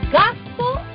gospel